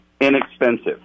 inexpensive